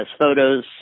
photos